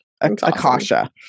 akasha